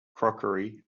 crockery